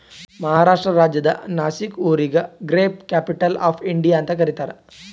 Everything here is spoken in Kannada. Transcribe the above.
ಮಹಾರಾಷ್ಟ್ರ ರಾಜ್ಯದ್ ನಾಶಿಕ್ ಊರಿಗ ಗ್ರೇಪ್ ಕ್ಯಾಪಿಟಲ್ ಆಫ್ ಇಂಡಿಯಾ ಅಂತ್ ಕರಿತಾರ್